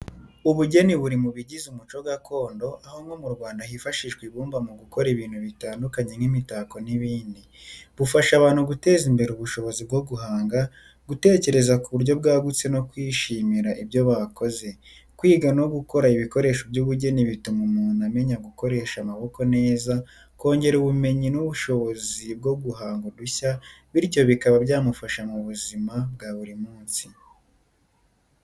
Ubugeni buri mu bigize umuco gakondo, aho nko mu Rwanda hifashishwa ibumba mu gukora ibintu bitandukanye nk’imitako n’ibindi. Bufasha abantu guteza imbere ubushobozi bwo guhanga, gutekereza ku buryo bwagutse no kwishimira ibyo bakoze. Kwiga no gukora ibikoresho by’ubugeni bituma umuntu amenya gukoresha amaboko neza, kongera ubumenyi n’ubushobozi bwo guhanga udushya, bityo bikaba byamufasha mu buzima bwa buri munsi.